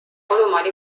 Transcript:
kodumaal